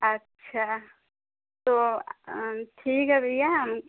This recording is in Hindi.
अच्छा तो ठीक है भैया हम